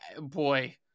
boy